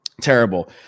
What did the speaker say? Terrible